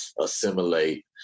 assimilate